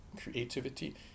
creativity